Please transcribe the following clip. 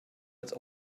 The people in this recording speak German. als